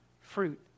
fruit